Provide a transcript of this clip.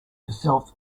yourself